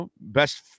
best